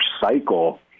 cycle